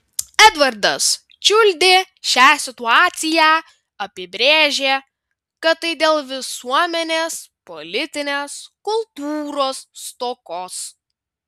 edvardas čiuldė šią situaciją apibrėžė kad tai dėl visuomenės politinės kultūros stokos